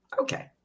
Okay